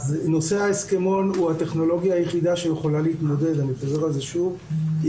נושא ההסכמון הוא הטכנולוגיה היחידה שיכולה להתמודד עם הדבר הזה שוב,